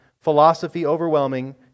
philosophy-overwhelming